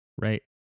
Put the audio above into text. right